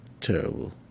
terrible